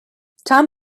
tom